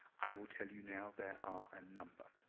i will tell you now, there are a number.